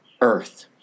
earth